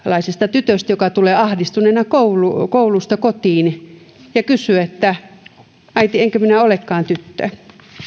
tytöstä joka tulee ahdistuneena koulusta kotiin ja kysyy että äiti enkö minä olekaan tyttö